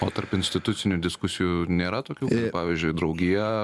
o tarp institucinių diskusijų nėra tokių pavyzdžiui draugija